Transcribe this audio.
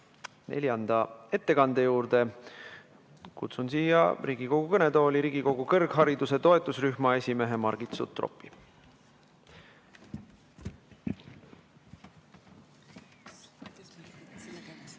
neljanda ettekande juurde. Kutsun Riigikogu kõnetooli Riigikogu kõrghariduse toetusrühma esimehe Margit Sutropi.